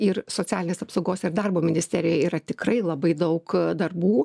ir socialinės apsaugos ir darbo ministerijoj yra tikrai labai daug darbų